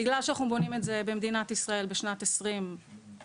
בגלל שאנחנו בונים את זה במדינת ישראל בשנת 20 פלוס,